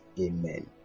Amen